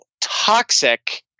toxic